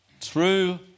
true